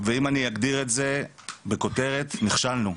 ואם אני אגדיר את זה בכותרת, נכשלנו,